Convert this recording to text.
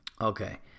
Okay